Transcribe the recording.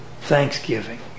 Thanksgiving